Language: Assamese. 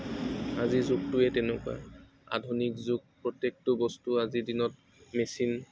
আজিৰ যুগটোৱে তেনেকুৱা আধুনিক যুগ প্ৰত্যেকটো বস্তু আজিৰ দিনত মেচিন